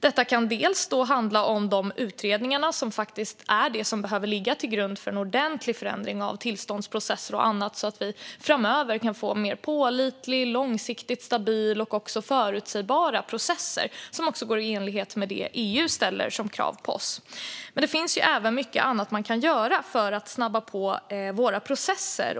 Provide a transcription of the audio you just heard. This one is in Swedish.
Detta kan handla om de utredningar som faktiskt är det som behöver ligga till grund för en ordentlig förändring av tillståndsprocesser och annat, så att vi framöver kan få mer pålitliga, långsiktigt stabila och också förutsägbara processer som också är i enlighet med det som EU ställer som krav på oss. Men det finns även mycket annat som man kan göra för att snabba på våra processer.